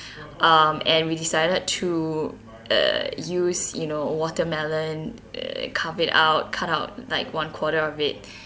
um and we decided to uh use you know watermelon uh carved it out cut out like one quarter of it